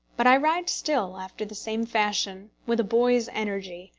but i ride still after the same fashion, with a boy's energy,